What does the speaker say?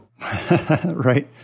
Right